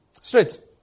Straight